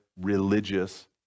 religious